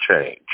change